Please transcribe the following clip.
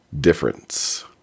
difference